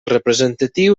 representatiu